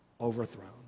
overthrown